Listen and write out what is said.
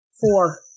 Four